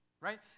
right